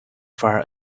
far